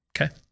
Okay